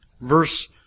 Verse